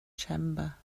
chamber